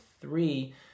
Three